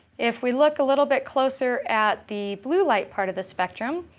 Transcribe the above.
if we look a little bit closer at the blue light part of the spectrum,